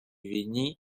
війні